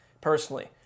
personally